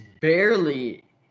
barely